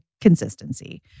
consistency